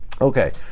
okay